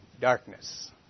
darkness